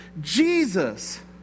Jesus